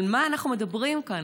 על מה אנחנו מדברים כאן?